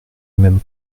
même